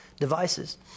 Devices